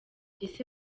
ese